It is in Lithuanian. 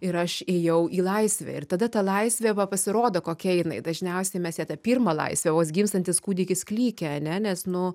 ir aš ėjau į laisvę ir tada ta laisvė pasirodo kokia jinai dažniausiai mes ją tą pirmą laisvę vos gimstantis kūdikis klykia ane nes nu